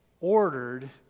ordered